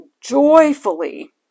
joyfully